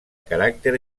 caràcter